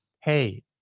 hey